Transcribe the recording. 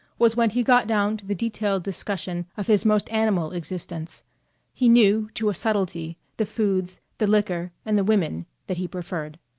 was when he got down to the detailed discussion of his most animal existence he knew, to a subtlety, the foods, the liquor, and the women that he preferred.